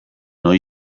ohi